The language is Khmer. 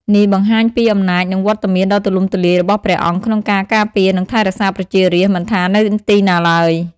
នេះបង្ហាញពីអំណាចនិងវត្តមានដ៏ទូលំទូលាយរបស់ព្រះអង្គក្នុងការការពារនិងថែរក្សាប្រជារាស្ត្រមិនថានៅទីណាឡើយ។